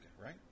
right